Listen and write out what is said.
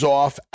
off